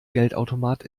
geldautomat